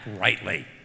rightly